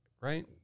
right